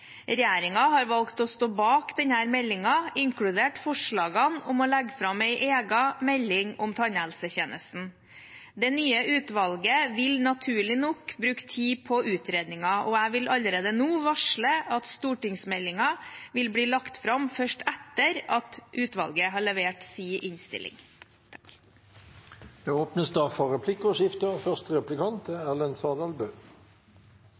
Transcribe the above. har valgt å stå bak denne meldingen, inkludert forslagene om å legge fram en egen melding om tannhelsetjenesten. Det nye utvalget vil naturlig nok bruke tid på utredningen, og jeg vil allerede nå varsle at stortingsmeldingen vil bli lagt fram først etter at utvalget har levert sin innstilling.